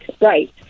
Right